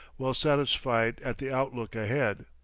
well satisfied at the outlook ahead.